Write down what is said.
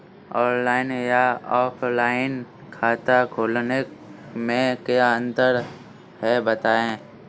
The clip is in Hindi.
ऑनलाइन या ऑफलाइन खाता खोलने में क्या अंतर है बताएँ?